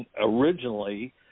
originally